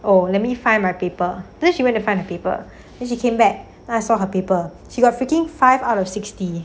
oh let me find my paper then she went to find her paper then she came back then I saw her paper she got freaking five out of sixty